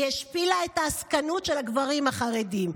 היא השפילה את העסקנות של הגברים החרדים.